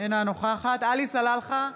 אינה נוכחת עלי סלאלחה,